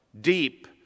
Deep